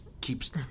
Keeps